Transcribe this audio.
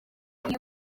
iyo